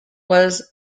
was